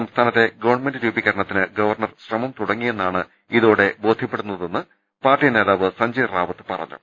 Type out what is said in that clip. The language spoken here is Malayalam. സംസ്ഥാനത്തെ ഗവൺമെന്റ് രൂപീകരണത്തിന് ഗവർണർ ശ്രമം തുടങ്ങിയെന്നാണ് ഇതോടെ ബോധ്യപ്പെടുന്നതെന്ന് പാർട്ടിനേതാവ് സഞ്ജയ് റാവത്ത് പറഞ്ഞു